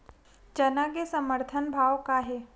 चना के समर्थन भाव का हे?